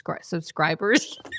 subscribers